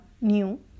new